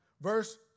Verse